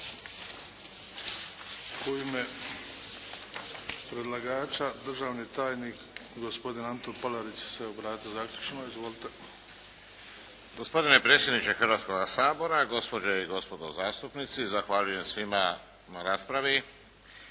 U ime predlagača, državni tajnik gospodin Antun Palarić će se obratiti zaključno. Izvolite. **Palarić, Antun** Gospodine predsjedniče Hrvatskoga sabora, gospođe i gospodo zastupnici, zahvaljujem svima na raspravi,